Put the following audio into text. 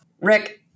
Rick